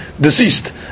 deceased